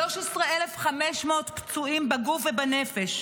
13,500 פצועים בגוף ובנפש.